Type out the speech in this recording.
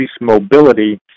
mobility